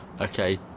okay